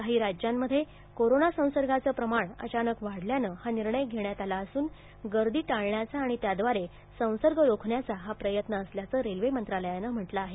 काही राज्यांमध्ये कोरोना संसर्गाचं प्रमाण अचानक वाढल्यानं हा निर्णय घेण्यात आला असून गर्दी टाळण्याचा आणि त्याद्वारे संसर्ग रोखण्याचा हा प्रयत्न असल्याच रेल्वे मंत्रालयान म्हटलं आहे